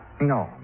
No